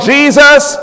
Jesus